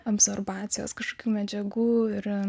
apsorbacijos kažkokių medžiagų ir